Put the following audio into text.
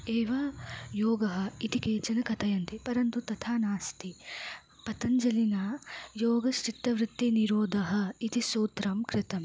एव योगः इति केचन कथयन्ति परन्तु तथा नास्ति पतञ्जलिना योगश्चित्तवृत्तिनिरोधः इति सूत्रं कृतम्